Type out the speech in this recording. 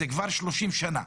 זה כבר 30 שנה.